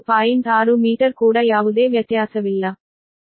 6 metre ಕೂಡ ಯಾವುದೇ ವ್ಯತ್ಯಾಸವಿಲ್ಲ